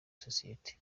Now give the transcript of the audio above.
sosiyeti